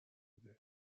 بوده